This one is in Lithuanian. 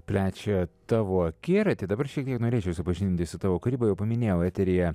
plečia tavo akiratį dabar šiek tiek norėčiau supažindinti su tavo kūryba jau paminėjau eteryje